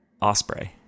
Osprey